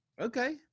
Okay